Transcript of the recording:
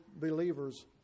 believers